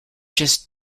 just